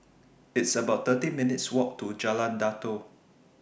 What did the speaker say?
It's about thirty minutes' Walk to Jalan Datoh